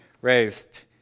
raised